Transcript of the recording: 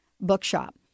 Bookshop